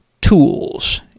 tools